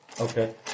Okay